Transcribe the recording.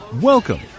welcome